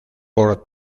por